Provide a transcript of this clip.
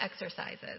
exercises